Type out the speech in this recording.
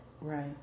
Right